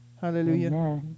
Hallelujah